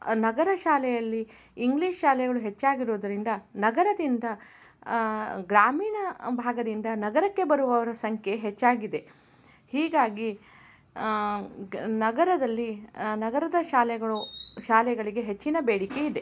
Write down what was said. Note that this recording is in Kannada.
ನಗರ ಶಾಲೆಯಲ್ಲಿ ಇಂಗ್ಲೀಷ್ ಶಾಲೆಗಳು ಹೆಚ್ಚಾಗಿರೋದ್ರಿಂದ ನಗರದಿಂದ ಗ್ರಾಮೀಣ ಭಾಗದಿಂದ ನಗರಕ್ಕೆ ಬರುವವರ ಸಂಖ್ಯೆ ಹೆಚ್ಚಾಗಿದೆ ಹೀಗಾಗಿ ಗ್ ನಗರದಲ್ಲಿ ನಗರದ ಶಾಲೆಗಳು ಶಾಲೆಗಳಿಗೆ ಹೆಚ್ಚಿನ ಬೇಡಿಕೆ ಇದೆ